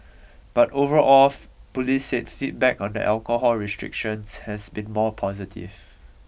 but overall of police said feedback on the alcohol restrictions has been more positive